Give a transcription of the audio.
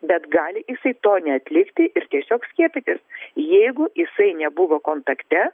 bet gali jisai to neatlikti ir tiesiog skiepytis jeigu jisai nebuvo kontakte